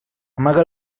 amaga